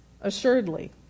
assuredly